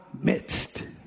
midst